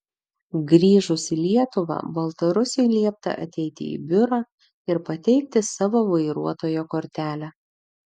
grįžus į lietuvą baltarusiui liepta ateiti į biurą ir pateikti savo vairuotojo kortelę